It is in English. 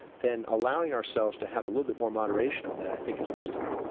then allowing ourselves to have a little bit more moderation on that i think is wisdom.